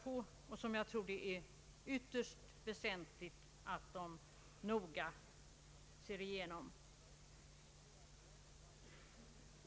utredningsväsendet och jag tror det är ytterst väsentligt att beredningen behandlar dem noggrant.